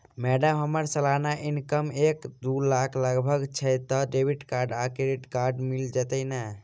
Madam हम्मर सलाना income एक दु लाख लगभग छैय तऽ डेबिट कार्ड आ क्रेडिट कार्ड मिल जतैई नै?